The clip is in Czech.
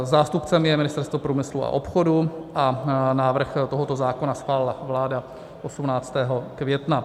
Zástupcem je Ministerstvo průmyslu a obchodu a návrh tohoto zákona schválila vláda 18. května.